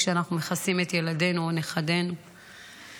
כשאנחנו מכסים את נכדינו או ילדינו.